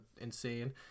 insane